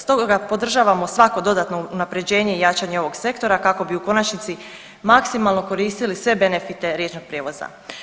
Stoga podržavamo svako dodatno unaprjeđenje i jačanje ovog sektora kako bi u konačnici maksimalno koristili sve benefite riječnog prijevoza.